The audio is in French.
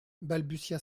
balbutia